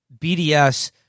BDS